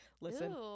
Listen